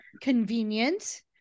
Convenient